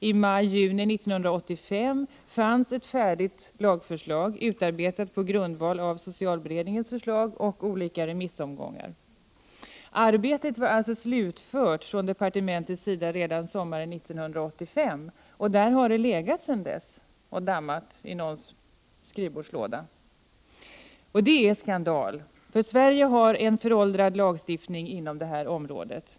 I maj-juni 1985 förelåg ett färdigt lagförslag, utarbetat på grundval av socialberedningens förslag och på olika remissomgångar. Arbetet var alltså slutfört i departementet redan sommaren 1985, och där har förslaget legat sedan dess och samlat damm i någons skrivbordslåda. Det är skandal att Sverige har en föråldrad lagstiftning inom det här området.